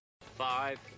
Five